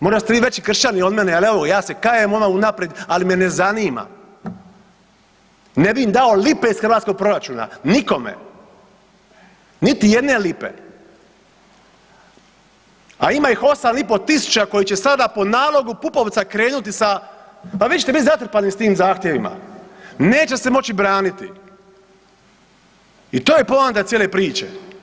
Možda ste vi veći kršćani od mene, al evo ja se kajem odmah unaprijed, ali me ne zanima, ne bi im dao lipe iz hrvatskog proračuna, nikome, niti jedne lipe, a ima ih 8.500 koji će sada po nalogu Pupovca krenuti sa, pa vi ćete bit zatrpani s tim zahtjevima, neće se moći braniti i to je poanta cijele priče.